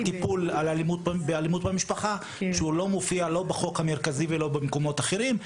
בטיפול באלימות במשפחה ולא מופיע לא בחוק המרכזי ולא במקומות אחרים.